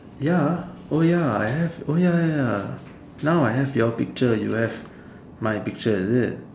ya oh ya I have oh ya ya ya now I have your picture you have my picture is it